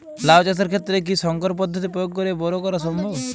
লাও চাষের ক্ষেত্রে কি সংকর পদ্ধতি প্রয়োগ করে বরো করা সম্ভব?